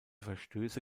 verstöße